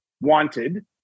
wanted